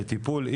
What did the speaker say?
לטיפול.